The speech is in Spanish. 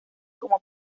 como